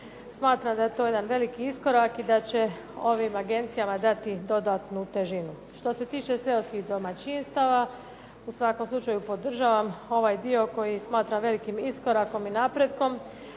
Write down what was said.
Smatram da je to jedan veliki iskorak i da će ovim agencijama dati dodatnu težinu. Što se tiče seoskih domaćinstava, u svakom slučaju podržavam ovaj dio koji smatram velikim iskorakom i napretkom,